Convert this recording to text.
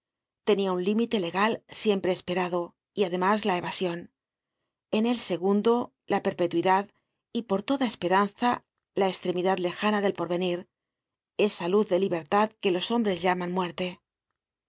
tenia un límite legal siempre esperado y además la evasion en el segundo la perpetuidad y por toda esperanza á la estremidad lejana del porvenir esa luz de libertad que los hombres llaman muerte